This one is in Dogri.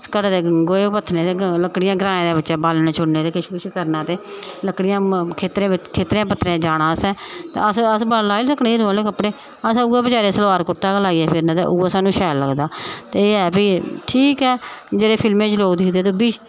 घरै दे गोहे पत्थने ते लक्कड़ियां ग्राएं दे बिच्च बालन चुन्ने ते किश किश करना ते लक्कड़ियां खेत्तरें पत्तरें जाना असें ते अस अस लाई सकने हीरो आह्ले कपड़े अस उऐ बचैरे सलवार कु्र्ता लाइयै फिरना ते उऐ सानूं शैल लगदा ते एह् ऐ भाई ठीक ऐ जेह्ड़े फिल्में च लोक दिखदे ते ओह् बी